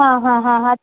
हां हां हां हां